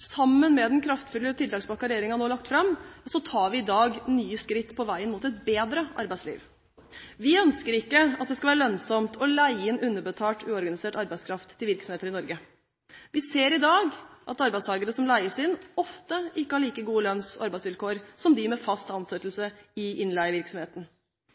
Sammen med den kraftfulle tiltakspakken regjeringen nå har lagt fram, tar vi i dag nye skritt på veien mot et bedre arbeidsliv. Vi ønsker ikke at det skal være lønnsomt å leie inn underbetalt, uorganisert arbeidskraft til virksomheter i Norge. Vi ser i dag at arbeidstakere som leies inn, ofte ikke har like gode lønns- og arbeidsvilkår som dem med fast ansettelse i innleievirksomheten.